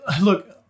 look